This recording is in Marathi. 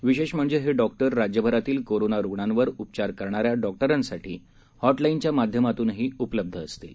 विशेष म्हणजे हे डॉक्टर राज्यभरातील कोरोना रुग्णांवर उपचार करणाऱ्या डॉक्टरांसाठी हॉट लाईनच्या माध्यमातूनही उपलब्ध असतील